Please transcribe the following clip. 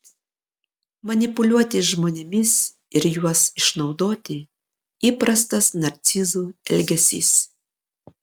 manipuliuoti žmonėmis ir juos išnaudoti įprastas narcizų elgesys